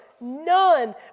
None